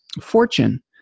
fortune